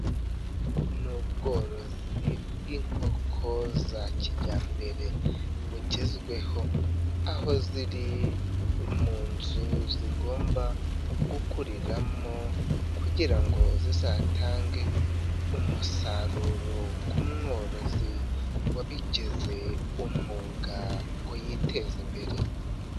Ni ubworozi bw'inkoko za kijyambere bugezweho, aho ziri mu nzu zigomba gukuriramo kugira ngo zizatange umusaruro ku mworozi wabigize umwuga ngo yiteze imbere.